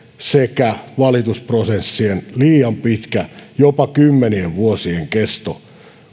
sekä valitusprosessien liian pitkä jopa kymmenien vuosien kesto